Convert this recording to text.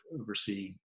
overseeing